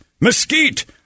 mesquite